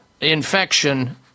infection